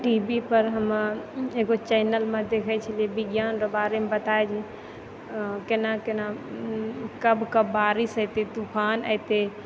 टीवीपर हम एगो चैनलमे देखै छलिए विज्ञानके बारेमे बताए रहै कोना कोना कब कब बारिश हेतै तूफान एतै